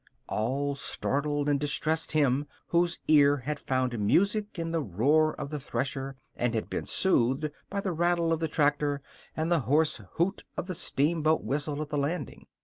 all startled and distressed him whose ear had found music in the roar of the thresher and had been soothed by the rattle of the tractor and the hoarse hoot of the steamboat whistle at the landing.